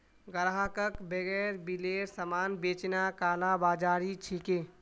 ग्राहकक बेगैर बिलेर सामान बेचना कालाबाज़ारी छिके